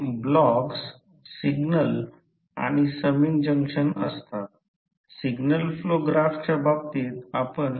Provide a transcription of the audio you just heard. नंतर ते ओरिजिन 0 पासून सुरू होईल कारण फेरोमॅग्नेटिक मटेरियल जे पूर्णपणे डीमॅग्नेटाइज्ड केले जाते आता H वाढवत आहे याचा अर्थ करंट I वाढवत आहे